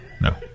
no